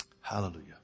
Hallelujah